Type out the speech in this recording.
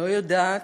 לא יודעת.